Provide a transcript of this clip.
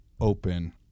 open